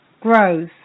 grows